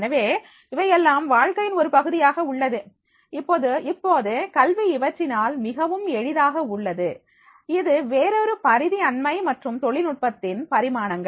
எனவே இவையெல்லாம் வாழ்க்கையின் ஒரு பகுதியாக உள்ளது இப்போது கல்வி இவற்றினால் மிகவும் எளிதாக உள்ளது இது வேறொரு பரிதி அண்மை மற்றும் தொழில்நுட்பத்தின் பரிமாணங்கள்